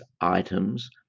items